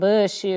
Bush